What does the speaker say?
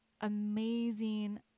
amazing